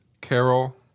Carol